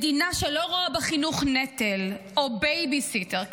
מדינה שלא רואה בחינוך נטל או בייביסיטר.